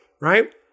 right